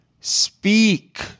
speak